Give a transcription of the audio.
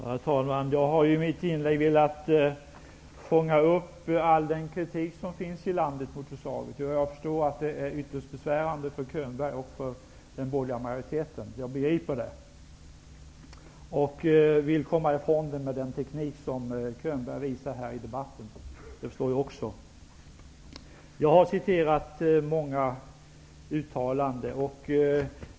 Herr talman! Jag har i mitt inlägg velat fånga upp all den kritik som finns i landet mot förslaget. Jag förstår att det är ytterst besvärande för Könberg och den borgerliga majoriteten. Könberg försöker med den teknik han visar här i debatten att komma ifrån den kritiken. Jag har citerat många uttalanden.